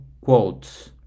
quotes